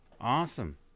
Awesome